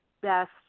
best